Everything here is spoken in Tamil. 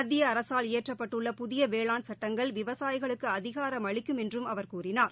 மத்திய அரசால் இயற்றப்பட்டுள்ள புதிய வேளாண் சுட்டங்கள் விவசாயிகளுக்கு அதிகாரம் அளிக்கும் என்று அவர் கூறினார்